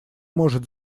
может